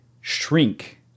shrink